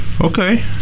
Okay